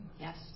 Yes